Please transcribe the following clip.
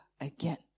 again